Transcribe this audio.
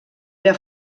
era